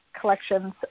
Collections